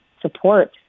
support